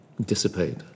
dissipate